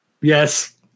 Yes